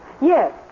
Yes